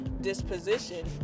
disposition